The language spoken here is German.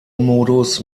modus